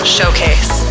Showcase